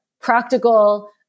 practical